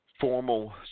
formal